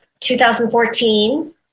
2014